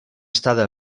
estada